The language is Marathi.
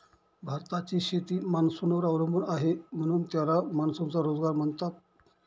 भारताची शेती मान्सूनवर अवलंबून आहे, म्हणून त्याला मान्सूनचा जुगार म्हणतात